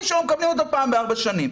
שלו ומקבלים אותם פעם בארבע שנים.